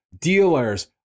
dealers